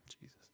Jesus